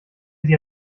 die